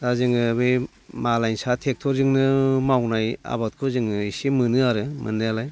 दा जोङो बे मालायनि सा ट्रेक्टरजोंनो मावनाय आबादखौ जोङो एसे मोनो आरो मोननायालाय